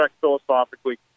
philosophically